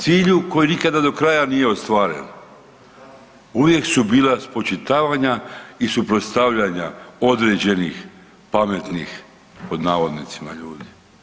Cilju koji nikada do kraja nije ostvaren, uvijek su bila spočitavanja i suprotstavljanja određenih pametnih pod navodnicima ljudi.